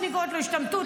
אני קוראת לו השתמטות,